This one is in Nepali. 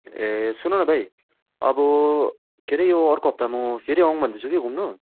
ए सुन न भाइ अब के अरे यो अर्को हप्ता म फेरि आऊँ भन्दैछु कि घुम्नु